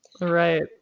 Right